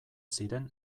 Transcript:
ziren